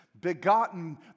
begotten